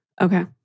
Okay